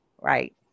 right